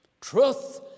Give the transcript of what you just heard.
Truth